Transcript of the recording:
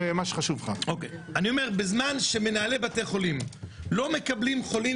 בזמן שמנהלי בתי חולים לא מקבלים חולים,